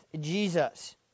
jesus